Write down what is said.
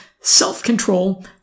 self-control